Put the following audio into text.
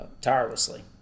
tirelessly